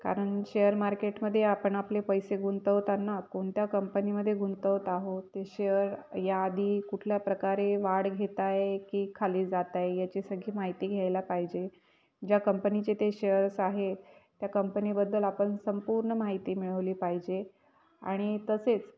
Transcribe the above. कारण शेअर मार्केटमध्ये आपण आपले पैसे गुंतवताना कोणत्या कंपनीमध्ये गुंतवत आहो ते शेअर याआधी कुठल्या प्रकारे वाढ घेताय की खाली जाताय याची सगळी माहिती घ्यायला पाहिजे ज्या कंपनीचे ते शेअर्स आहे त्या कंपनीबद्दल आपण संपूर्ण माहिती मिळवली पाहिजे आणि तसेच